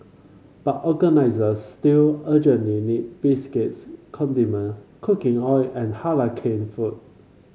but organisers still urgently need biscuits condiment cooking oil and Halal canned food